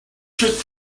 should